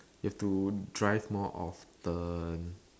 you have to drive more often the